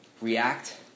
react